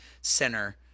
center